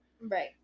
Right